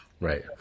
Right